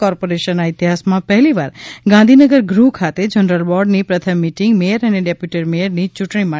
કોર્પોરેશનના ઇતિહાસમાં પહેલીવાર ગાંધીનગર ગૃહ ખાતે જનરલ બોર્ડની પ્રથમ મીટીંગ મેયર અને ડેપ્યુટી મેયરની યૂંટણી માટે મળી હતી